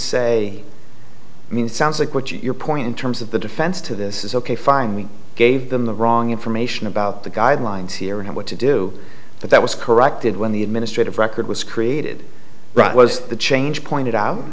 say i mean it sounds like what your point in terms of the defense to this is ok fine we gave them the wrong information about the guidelines here and what to do but that was corrected when the administrative record was created right was the change pointed out